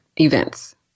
events